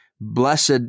blessed